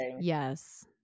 Yes